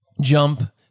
jump